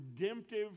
redemptive